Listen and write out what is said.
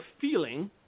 feeling